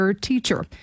Teacher